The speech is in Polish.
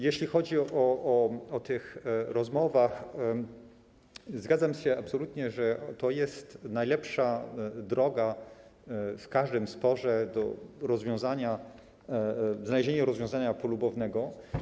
Jeśli chodzi o te rozmowy, zgadzam się absolutnie, że to jest najlepsza droga w każdym sporze do znalezienia rozwiązania polubownego.